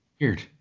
weird